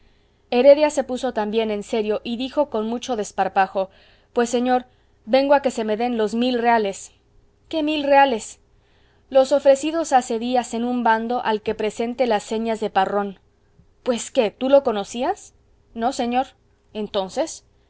heredia se puso también serio y dijo con mucho desparpajo pues señor vengo a que se me den los mil reales qué mil reales los ofrecidos hace días en un bando al que presente las señas de parrón pues qué tú lo conocías no señor entonces